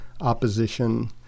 opposition